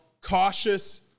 cautious